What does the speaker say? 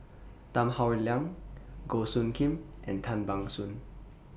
Tan Howe Liang Goh Soo Khim and Tan Ban Soon